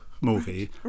movie